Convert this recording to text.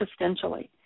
existentially